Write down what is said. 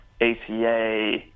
ACA